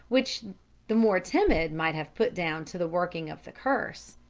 which the more timid might have put down to the working of the curse.